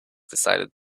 decided